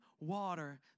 water